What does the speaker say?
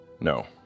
No